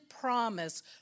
promise